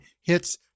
Hits